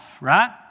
right